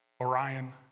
Orion